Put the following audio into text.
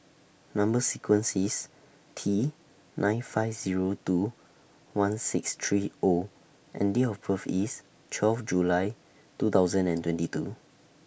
Number sequence IS T nine five Zero two one six three O and Date of birth IS twelve July two thousand and twenty two